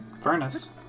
furnace